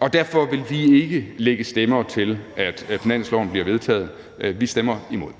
og derfor vil vi ikke lægge stemmer til, at finansloven bliver vedtaget, så vi stemmer imod.